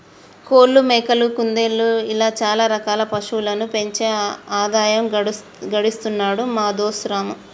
కోళ్లు మేకలు కుందేళ్లు ఇలా చాల రకాల పశువులను పెంచి ఆదాయం గడిస్తున్నాడు మా దోస్తు రాము